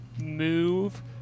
move